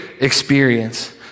experience